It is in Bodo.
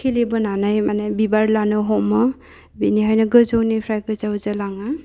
खिलिबोनानै माने बिबार लानो हमो बेनिखायनो गोजौनिफ्राय गोजौ जौलाङो